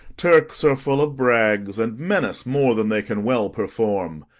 turks are full of brags, and menace more than they can well perform.